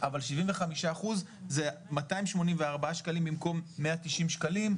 אבל 75% זה 284 שקלים במקום 190 שקלים,